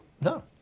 No